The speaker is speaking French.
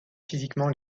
physiquement